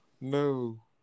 no